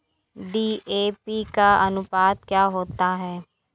DAP का अनुपात क्या होता है?